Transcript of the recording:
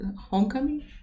Homecoming